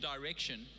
direction